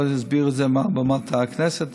לא הסבירו את זה מעל במת הכנסת,